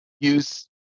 use